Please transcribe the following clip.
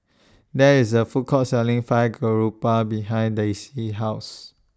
There IS A Food Court Selling Fried Garoupa behind Daisie's House